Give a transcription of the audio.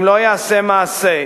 אם לא ייעשה מעשה,